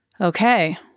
okay